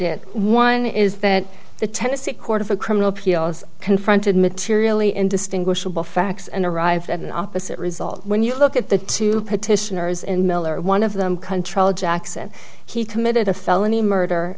it one is that the tennessee court of criminal appeals confronted materially indistinguishable facts and arrive at an opposite result when you look at the two petitioners in miller one of them control jackson he committed a felony murder